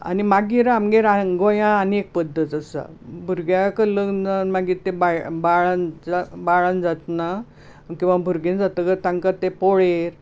आनी मागीर आमगे गोंया आनीक एक पद्दत आसा भुरग्याक लग्न जावन मागीर ते बाळन बाळन जातना किंवा भुरगे जातकच ते पोळेर